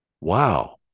Wow